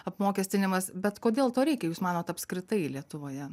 apmokestinimas bet kodėl to reikia jūs manot apskritai lietuvoje